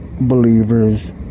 believers